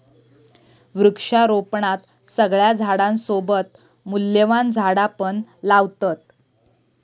वृक्षारोपणात सगळ्या झाडांसोबत मूल्यवान झाडा पण लावतत